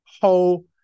whole